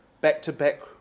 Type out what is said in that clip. back-to-back